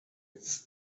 its